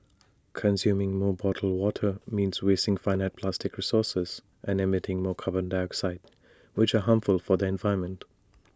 consuming more bottled water means wasting finite plastic resources and emitting more carbon dioxide which are harmful for the environment